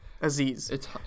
Aziz